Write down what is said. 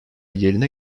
yerine